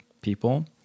people